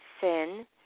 sin